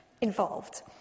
involved